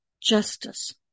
justice